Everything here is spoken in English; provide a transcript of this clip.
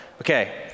Okay